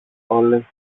όλες